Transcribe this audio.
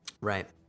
Right